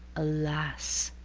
alas!